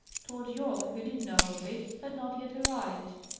tod yorke, who did know of it, had not yet arrived.